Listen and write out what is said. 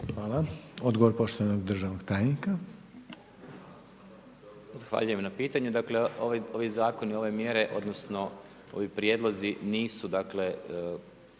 (HDZ)** Odgovor poštovanog državnog tajnika,